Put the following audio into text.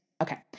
Okay